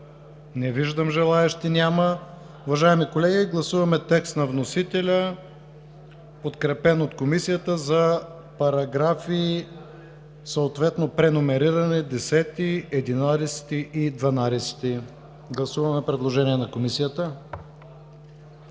Не виждам, няма желаещи. Уважаеми колеги, гласуваме текста на вносителя, подкрепен от Комисията за параграфи, съответно преномерирани 10, 11 и 12. Гласуваме предложение на Комисията.